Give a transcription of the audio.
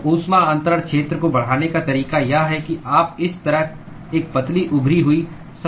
तो ऊष्मा अन्तरण क्षेत्र को बढ़ाने का तरीका यह है कि आप इस तरह एक पतली उभरी हुई सतह बनाएं